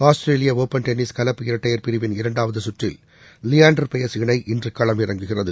Australian Open tennis கலப்பு இரட்டையர் பிரிவின் இரண்டாவதுசுற்றில் லியாண்டர் பயஸ் இணை இன்றுகளமிறங்குகிறது